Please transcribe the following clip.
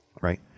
right